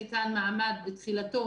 בתחילתו,